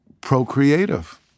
procreative